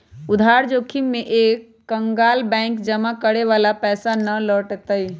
उधार जोखिम में एक कंकगाल बैंक जमा करे वाला के पैसा ना लौटय तय